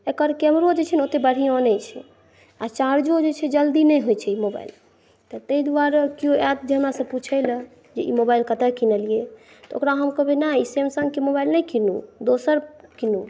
एकर कैमरो जे छै ने ओतय बढ़िआँ नहि छै आ चार्जो जे छै जल्दी नहि होइ छै मोबाइल तैं दुआरे केओ आयत जॅं हमरासॅं पूछय लए ई मोबाइल कतौ किनलियै तऽ ओकरा हम कहबै नहि ई सैमसंगक मोबाइल नहि कीनू दोसर कीनू